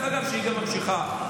והיא גם נמשכת.